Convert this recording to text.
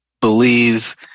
believe